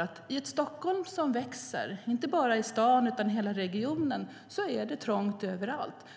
att i ett Stockholm som växer, inte bara staden utan hela regionen, är det trångt överallt.